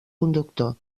conductor